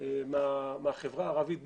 מהחברה הערבית.